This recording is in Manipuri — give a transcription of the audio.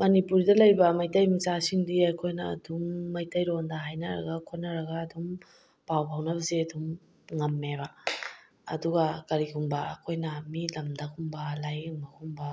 ꯃꯅꯤꯄꯨꯔꯗ ꯂꯩꯕ ꯃꯩꯇꯩ ꯃꯆꯥꯁꯤꯡꯗꯤ ꯑꯩꯈꯣꯏꯅ ꯑꯗꯨꯝ ꯃꯩꯇꯩꯂꯣꯟꯗ ꯍꯥꯏꯅꯔꯒ ꯈꯣꯠꯅꯔꯒ ꯑꯗꯨꯝ ꯄꯥꯎ ꯐꯥꯎꯅꯕꯁꯦ ꯑꯗꯨꯝ ꯉꯝꯃꯦꯕ ꯑꯗꯨꯒ ꯀꯔꯤꯒꯨꯝꯕ ꯑꯩꯈꯣꯏꯅ ꯃꯤ ꯂꯝꯗꯒꯨꯝꯕ ꯂꯥꯏꯌꯦꯡꯕꯒꯨꯝꯕ